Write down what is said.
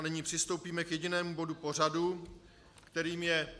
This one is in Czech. Nyní přistoupíme k jedinému bodu pořadu, kterým je